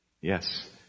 yes